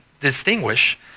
distinguish